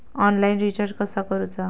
Online recharge कसा करूचा?